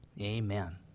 Amen